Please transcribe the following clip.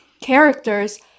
characters